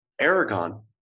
Aragon